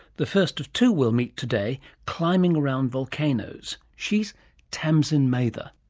the first of two we'll meet today, climbing around volcanoes. she's tamsin mather.